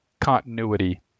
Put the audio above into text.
continuity